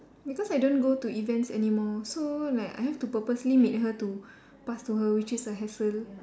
because I don't go to events anymore so like I have to purposely meet her to pass to her which is a hassle